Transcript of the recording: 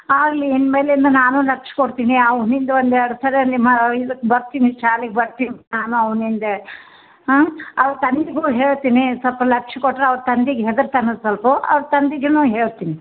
ಆಗಲಿ ಇನ್ನು ಮೇಲಿಂದ ನಾನು ಲಕ್ಷ್ಯ ಕೊಡ್ತೀನಿ ಅವ್ನ ಹಿಂದೆ ಒಂದು ಎರಡು ಸಲ ನಿಮ್ಮ ಇದಕ್ಕೆ ಬರ್ತೀನಿ ಶಾಲೆಗೆ ಬರ್ತೀನಿ ನಾನು ಅವನ ಹಿಂದೆ ಹಾಂ ಅವನ ತಂದೆಗೂ ಹೇಳ್ತಿನಿ ಸ್ವಲ್ಪ ಲಕ್ಷ್ಯ ಕೊಟ್ತರೆ ಅವನ ತಂದೆಗೆ ಹೆದರ್ತನೆ ಸ್ವಲ್ಪ ಅವನ ತಂದೆಗೂನು ಹೇಳ್ತೀನಿ